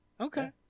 Okay